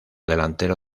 delantero